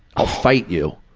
i'll fight you.